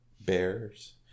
Bears